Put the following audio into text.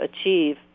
Achieve